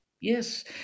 yes